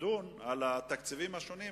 לדון בתקציבים השונים,